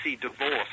divorce